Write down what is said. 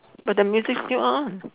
but the music still on